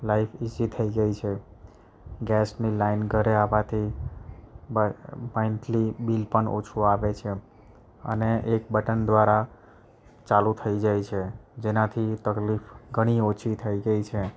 life easy થઈ જાય છે ગેસની લાઈન ઘરે આવાથી મં મંથલી બિલ પણ ઓછું આવે છે અને એક બટન દ્વારા ચાલુ થઈ જાય છે જેનાથી તકલીફ ઘણી ઓછી થઈ ગઈ છે